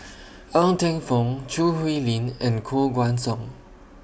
Ng Teng Fong Choo Hwee Lim and Koh Guan Song